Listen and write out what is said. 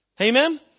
Amen